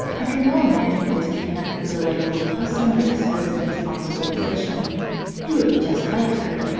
i can well imagine who has taken up that delightful but somewhat exposed and responsible position it would be just like her!